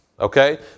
okay